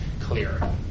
clear